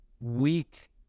weak